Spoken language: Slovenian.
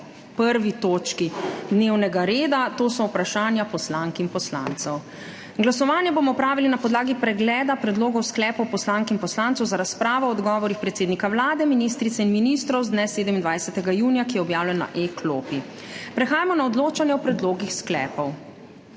o 1. točki dnevnega reda, to so Vprašanja poslank in poslancev. Glasovanje bomo opravili na podlagi pregleda predlogov sklepov poslank in poslancev za razpravo o odgovorih predsednika Vlade, ministrice in ministrov z dne 27. junija, ki je objavljen na e-klopi. Prehajamo na odločanje o predlogih sklepov.